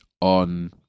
on